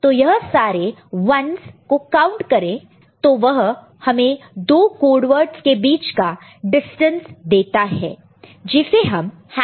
तो यह सारे 1's को काउंट करें तो वह हमें दो कोड वर्ड्ज़ के बीच का डिस्टेंस देता है जिसे हम हैमिंग डिस्टेंस कहते हैं